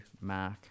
Mark